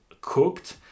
cooked